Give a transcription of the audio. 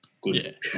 good